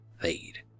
fade